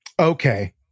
Okay